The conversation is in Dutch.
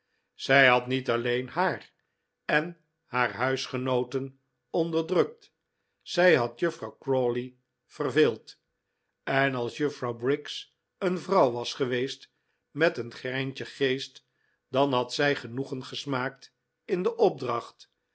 zij had niet alleen haar en haar huisgenooten onderdrukt zij had juffrouw crawley verveeld en als juffrouw briggs een vrouw was geweest met een greintje geest dan had zij genoegen gesmaakt in de opdracht